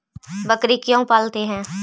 बकरी क्यों पालते है?